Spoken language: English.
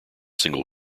single